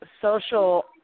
social